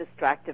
distractive